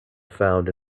found